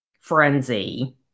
frenzy